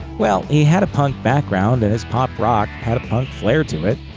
well, he had a punk background and his pop-rock had punk flair to it.